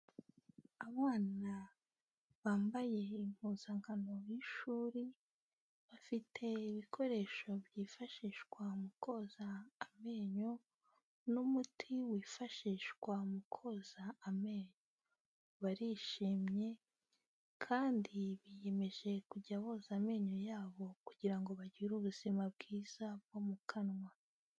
Abana bambaye impuzankano y'ishuri, bafite ibikoresho byifashishwa mu koza amenyo n'umuti wifashishwa mu koza amenyo. Barishimye kandi biyemeje kujya boza amenyo yabo kugira ngo bagire ubuzima bwiza bwo mu kanwa.